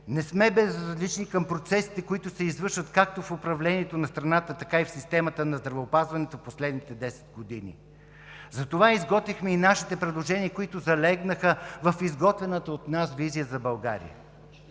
Не сме безразлични към процесите, които се извършват както в управлението на страната, така и в системата на здравеопазването в последните 10 години. Затова изготвихме и нашите предложения, които залегнаха в изготвената от нас „Визия за България“.